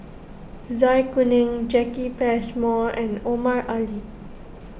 Zai Kuning Jacki Passmore and Omar Ali